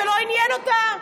זה לא עניין אותה.